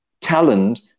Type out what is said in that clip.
talent